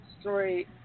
story